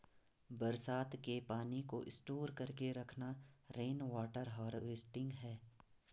बरसात के पानी को स्टोर करके रखना रेनवॉटर हारवेस्टिंग है